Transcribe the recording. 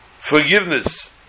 forgiveness